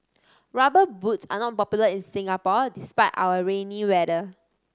Rubber Boots are not popular in Singapore despite our rainy weather